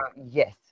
Yes